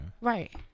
Right